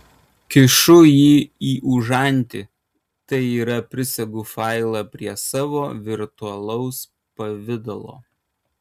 kišu jį į užantį tai yra prisegu failą prie savo virtualaus pavidalo